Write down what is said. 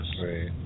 right